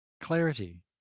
clarity